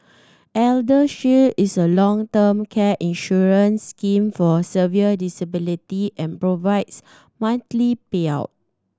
ElderShield is a long term care insurance scheme for severe disability and provides monthly payout